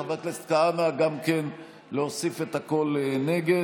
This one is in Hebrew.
גם חבר הכנסת כהנא, להוסיף את הקול נגד.